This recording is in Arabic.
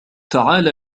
تعال